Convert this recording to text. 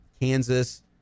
Kansas